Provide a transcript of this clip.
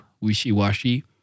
wishy-washy